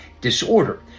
disorder